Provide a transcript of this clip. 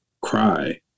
cry